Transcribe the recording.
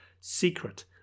secret